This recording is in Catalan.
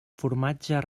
formatge